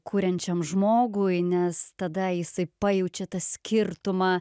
kuriančiam žmogui nes tada jisai pajaučia tą skirtumą